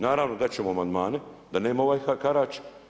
Naravno, dati ćemo amandmane, da nema ovaj harač.